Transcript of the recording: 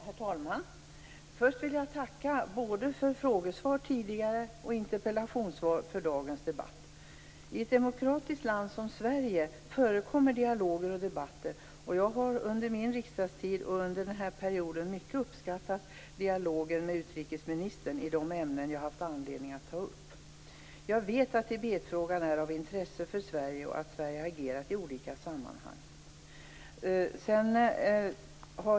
Herr talman! Först vill jag tacka utrikesministern för både frågesvaret tidigare och interpellationssvaret inför dagens debatt. I ett demokratiskt land som Sverige förekommer dialoger och debatter. Jag har under min riksdagstid och under den här perioden uppskattat mycket dialogen med utrikesministern i de ämnen som jag haft anledning att ta upp. Jag vet att Tibetfrågan är av intresse för Sverige och att Sverige agerat i olika sammanhang.